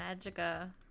Magica